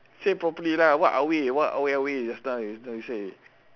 say properly lah what are we what are we just now you say